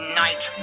night